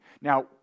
Now